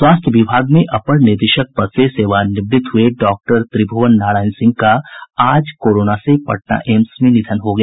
स्वास्थ्य विभाग में अपर निदेशक पद से सेवानिवृत्त हुए डॉक्टर त्रिभुवन नारायण सिंह का आज पटना एम्स में निधन हो गया